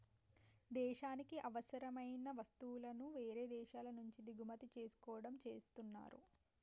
దేశానికి అవసరమైన వస్తువులను వేరే దేశాల నుంచి దిగుమతి చేసుకోవడం చేస్తున్నరు